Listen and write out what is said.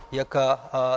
yaka